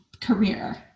career